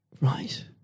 Right